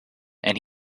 and